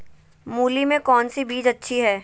मूली में कौन सी बीज अच्छी है?